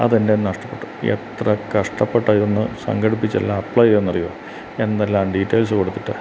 അതെൻറ്റേതെന്നു നഷ്ടപ്പെട്ടു എത്ര കഷ്ടപ്പെട്ട ഇതൊന്ന് സംഘടിപ്പിച്ചില്ല അപ്പോഴേ ചെയ്തേന്നറിയുമോ എന്തെല്ലാം ഡീറ്റെയ്ൽസ് കൊടുത്തിട്ടാണ്